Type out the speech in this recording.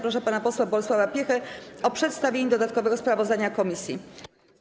Proszę pana posła Bolesława Piechę o przedstawienie dodatkowego sprawozdania komisji.